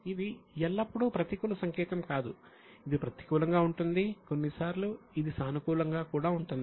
ఇది ఎల్లప్పుడూ ప్రతికూల సంకేతం కాదు ఇది ప్రతికూలంగా ఉంటుంది కొన్నిసార్లు ఇది సానుకూలంగా కూడా ఉంటుంది